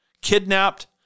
Kidnapped